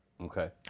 Okay